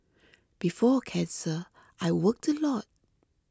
before cancer I worked a lot